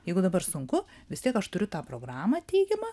jeigu dabar sunku vis tiek aš turiu tą programą teigiamą